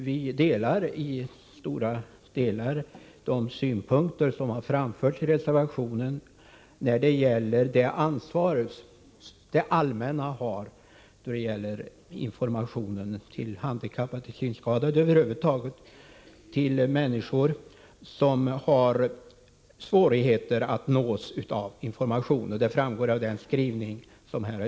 Vi delar dock i stora drag de synpunkter som har framförts i reservationen när det gäller det ansvar som det allmänna har för informationen till handikappade, till synskadade och över huvud taget till människor som har svårigheter att nås av information. Detta framgår av skrivningen.